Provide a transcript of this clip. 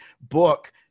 book